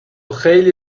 خیلی